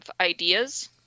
ideas